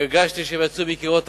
הרגשתי שהדברים יצאו מקירות הלב.